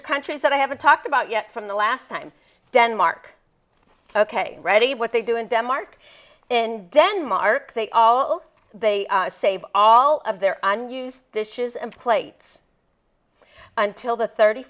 are countries that i haven't talked about yet from the last time denmark ok ready what they do in denmark in denmark they all they save all of their dishes and plates until the thirty